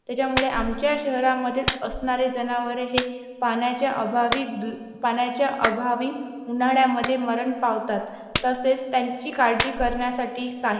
त्याच्यामुळे आमच्या शहरामध्ये असणारे जनावरे हे पाण्याच्या अभावी दूर पाण्याच्या अभावी उन्हाळ्यामध्ये मरण पावतात तसेच त्यांची काळजी करण्यासाठी